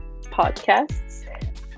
podcasts